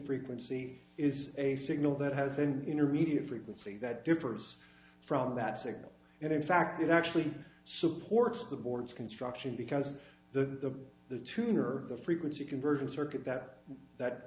frequency is a signal that has an intermediate frequency that differs from that signal and in fact it actually supports the board's construction because the the tuner the frequency conversion circuit that that